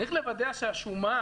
צריך לוודא שהשומה